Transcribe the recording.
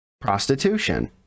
prostitution